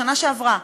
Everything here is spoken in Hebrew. בשנה שעברה,